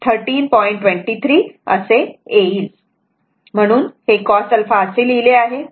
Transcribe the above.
येईल म्हणूनच हे cos असे लिहिले आहे